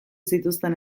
zituzten